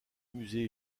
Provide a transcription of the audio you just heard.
musée